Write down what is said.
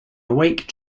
awake